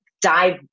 dive